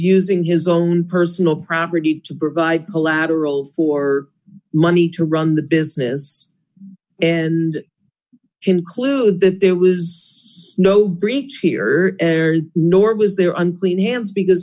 using his own personal property to provide collateral for money to run the business and concluded that there was no breach here nor was there unclean hands because